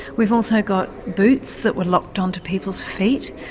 we've also got boots that were locked on to people's feet.